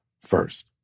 first